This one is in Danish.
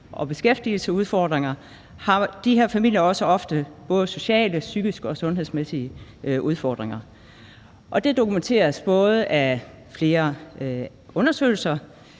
og beskæftigelsesudfordringer har de her familier ofte også både sociale, psykiske og sundhedsmæssige udfordringer. Det dokumenteres af flere undersøgelser.